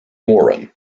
morin